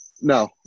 no